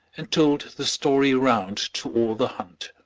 and told the story round to all the hunt.